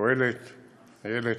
השואלת איילת,